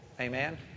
Amen